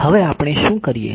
હવે આપણે શું કરીએ